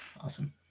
awesome